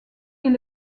est